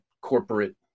corporate